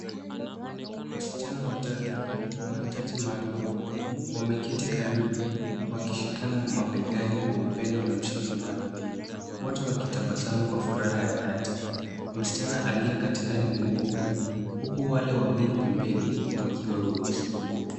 Wasichana watatu wa mahitaji maalum, wameketi karibu wakishikana mabegani kwa upendo na mshikamano, wote wakitabasamu kwa furaha ya dhati. Msichana aliye katikati ni mweupe, huku wale wawili pembeni wakiwa weusi.